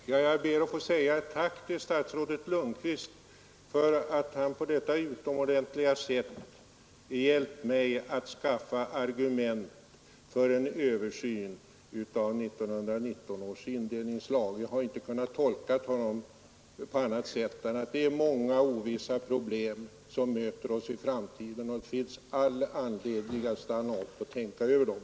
Herr talman! Jag ber att få säga ett tack till statsrådet Lundkvist för att han på detta utomordentliga sätt hjälpt mig att skaffa argument för en översyn av 1919 års indelningslag. Jag har inte kunnat tolka hans inlägg på annat sätt. Många problem kommer att möta oss i framtiden, och det finns all anledning att stanna upp och tänka över dem.